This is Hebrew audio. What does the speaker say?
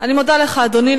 אני מודה לך, אדוני.